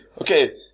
Okay